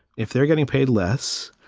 if they're getting paid less,